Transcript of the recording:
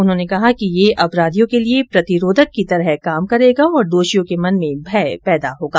उन्होंने कहा कि यह अपराधियों के लिये प्रतिरोधक की तरह काम करेगा और दोषियों के मन में भय पैदा होगा